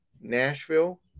Nashville